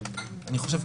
אני חושב,